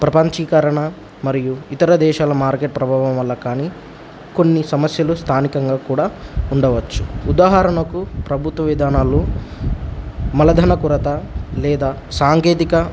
ప్రపంచీకరణ మరియు ఇతర దేశాల మార్కెట్ ప్రభావం వల్ల కానీ కొన్ని సమస్యలు స్థానికంగా కూడా ఉండవచ్చు ఉదాహరణకు ప్రభుత్వ విధానాలు మలధన కురత లేదా సాంకేతిక